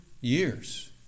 years